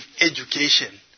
education